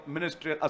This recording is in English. Ministry